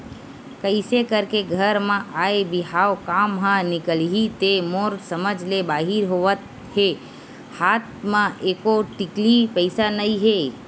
कइसे करके घर म आय बिहाव काम ह निकलही ते मोर समझ ले बाहिर होवत हे हात म एको टिकली पइसा नइ हे